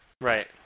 Right